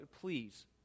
please